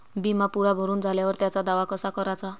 बिमा पुरा भरून झाल्यावर त्याचा दावा कसा कराचा?